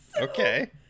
okay